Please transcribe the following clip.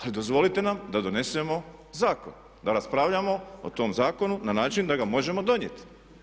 Ali dozvolite nam da donesemo zakon, da raspravljamo o tom zakonu na način da ga možemo donijeti.